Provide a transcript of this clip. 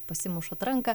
pasimušat ranką